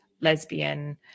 lesbian